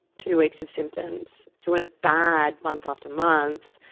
two weeks of symptoms. so when it's bad month after month,